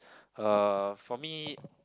uh for me